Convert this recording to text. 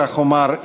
כך אמר,